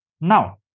Now